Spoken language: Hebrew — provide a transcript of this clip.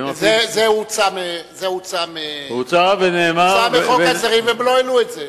זה הוצא מחוק ההסדרים, והם לא העלו את זה.